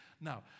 Now